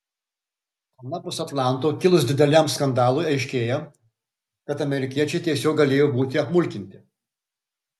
anapus atlanto kilus dideliam skandalui aiškėja kad amerikiečiai tiesiog galėjo būti apmulkinti